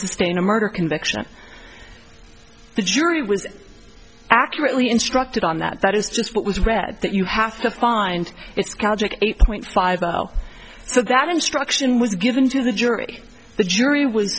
sustain a murder conviction the jury was accurately instructed on that that is just what was read that you have to find it's eight point five zero so that instruction was given to the jury the jury